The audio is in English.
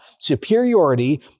Superiority